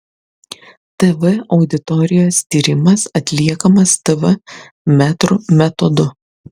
tv auditorijos tyrimas atliekamas tv metrų metodu